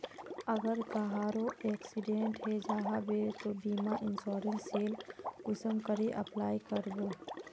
अगर कहारो एक्सीडेंट है जाहा बे तो बीमा इंश्योरेंस सेल कुंसम करे अप्लाई कर बो?